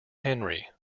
henry